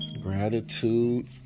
gratitude